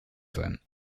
sein